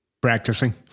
Practicing